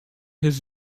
his